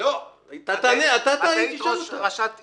את היית ראשת עיר.